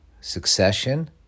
succession